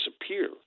disappear